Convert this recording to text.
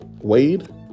Wade